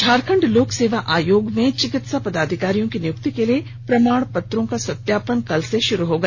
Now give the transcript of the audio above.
झारखंड लोक सेवा आयोग में चिकित्सा पदाधिकारियों की नियुक्ति के लिए प्रमाण पत्रों का सत्यापन कल से शुरू हो गया